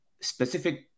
specific